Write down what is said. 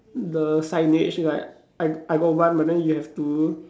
the signage right I I got one but then you have two